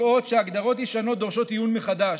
לראות שהגדרות ישנות דורשות עיון מחדש.